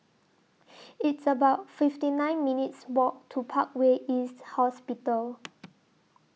It's about fifty nine minutes' Walk to Parkway East Hospital